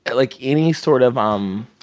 but like, any sort of um